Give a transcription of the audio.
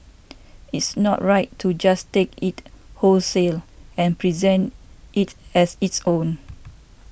it's not right to just take it wholesale and present it as its own